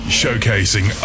showcasing